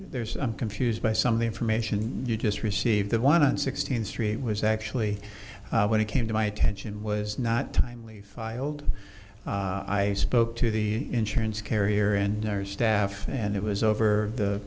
there's i'm confused by some of the information you just received the one and sixteenth street was actually when it came to my attention was not timely filed i spoke to the insurance carrier and their staff and it was over the